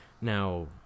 now